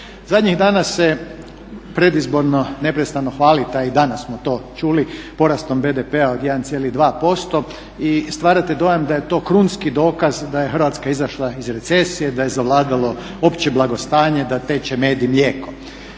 Zadnjih dana se predizborno, neprestano hvalite, a i danas smo to čuli, porastom BDP-a od 1,2% i stvarate dojam da je to krunski dokaz da je Hrvatska izašla iz recesije, da je zavladalo opće blagostanje, da teče med i mlijeko.